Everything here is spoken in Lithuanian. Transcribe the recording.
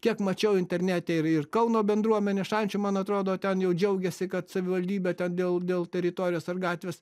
kiek mačiau internete ir ir kauno bendruomenė šančių man atrodo ten jau džiaugiasi kad savivaldybė ten dėl dėl teritorijos ar gatvės